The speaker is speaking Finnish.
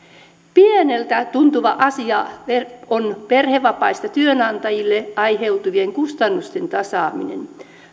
pieneltä tuntuva asia on perhevapaista työnantajille aiheutuvien kustannusten tasaaminen